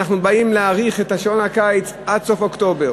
כשאנחנו באים להאריך את שעון הקיץ עד סוף אוקטובר.